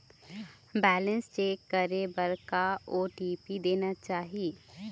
Balance check करे बर का ओ.टी.पी देना चाही?